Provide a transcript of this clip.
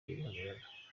rihagarara